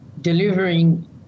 delivering